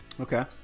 Okay